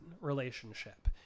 relationship